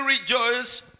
rejoice